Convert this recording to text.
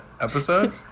episode